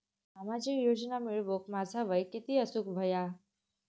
सामाजिक योजना मिळवूक माझा वय किती असूक व्हया?